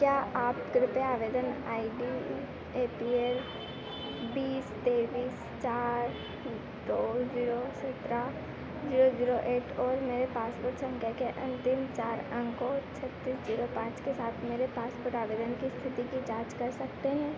क्या आप कृपया आवेदन I D A P L बीस तेईस चार दो ज़ीरो सत्रह ज़ीरो ज़ीरो एट और मेरे पासपोर्ट संख्या के अंतिम चार अंकों छत्तीस ज़ीरो पाँच के साथ मेरे पासपोर्ट आवेदन की स्थिति की जाँच कर सकते हैं